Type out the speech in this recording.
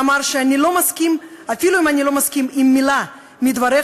שאמר: גם אם אני לא מסכים עם מילה מדבריך,